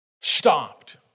stopped